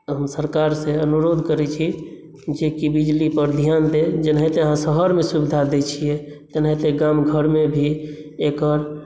हम सरकार से अनुरोध करै छी जेकि बिजली पर ध्यान दियै जेनाहिते आहाँ सब शहरमे सुविधा दै छियै तेनाहिते गाम घरमे भी एकर